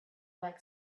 like